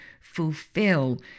fulfill